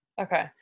Okay